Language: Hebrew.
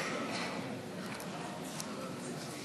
40